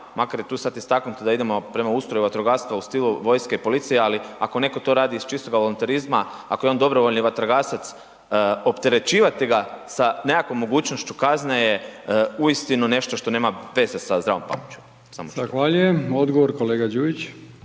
makar je tu sad istaknuto da idemo prema ustroju vatrogastva u stilu vojske i policije, ali ako neko to radi iz čistoga volonterizma, ako je on dobrovoljni vatrogasac, opterećivati ga sa nekakvom mogućnošću kazne je uistinu nešto što nema veze sa zdravom pameću. **Brkić, Milijan (HDZ)** Zahvaljujem. Odgovor kolega Đujić.